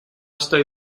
estoy